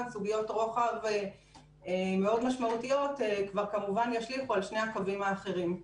סוגיות רוחב מאוד משמעותיות ישליכו על שני הקווים האחרים.